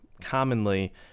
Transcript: commonly